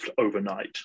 overnight